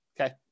okay